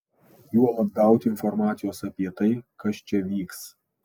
juolab gauti informacijos apie tai kas čia vyks